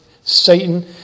Satan